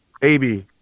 baby